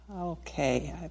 Okay